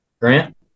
Grant